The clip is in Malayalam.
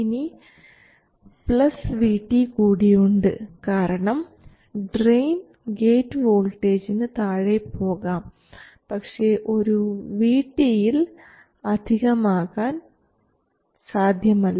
ഇനി പ്ലസ് VT കൂടിയുണ്ട് കാരണം ഡ്രയിൻ ഗേറ്റ് വോൾട്ടേജിന് താഴെ പോകാം പക്ഷേ ഒരു VT യിൽ അധികമാകാൻ സാധ്യമല്ല